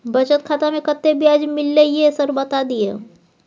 बचत खाता में कत्ते ब्याज मिलले ये सर बता दियो?